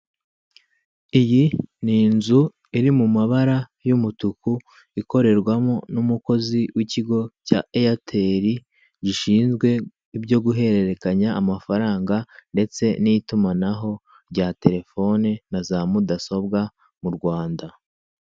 iyi ni inzu iri mu mabara y'umutuku ikorerwamo umukozi w'ikigo cya eyateri, gishinzwe ibyo guhererekanya amafaranga ndetse n'itumanaho, rya telefone na za mudasobwa mu Rwanda.